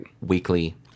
weekly